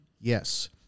Yes